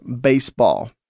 baseball